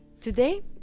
Today